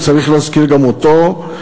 וצריך להזכיר גם אותו,